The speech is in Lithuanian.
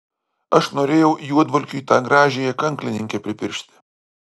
aš norėjau juodvalkiui tą gražiąją kanklininkę pripiršti